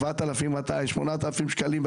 7,000-8,000 שקלים,